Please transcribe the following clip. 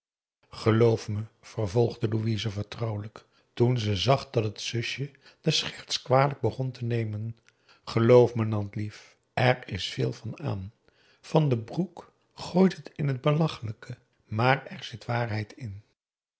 geloof me vervolgde louise vertrouwelijk toen ze zag dat het zusje de scherts kwalijk begon te nemen geloof me nantlief er is veel van aan van den broek gooit het in t belachelijke maar er zit waarheid in